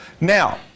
Now